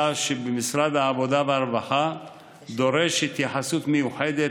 שבמשרד העבודה והרווחה דורש התייחסות מיוחדת,